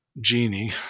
genie